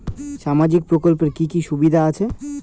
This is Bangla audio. সামাজিক প্রকল্পের কি কি সুবিধা আছে?